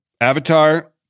Avatar